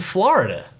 Florida